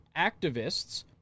activists